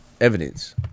Evidence